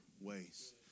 ways